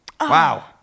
Wow